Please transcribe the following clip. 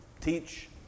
teach